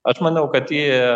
aš manau kad tie